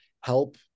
help